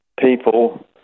people